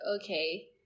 Okay